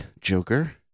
Joker